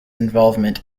involvement